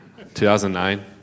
2009